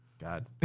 God